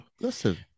listen